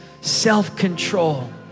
self-control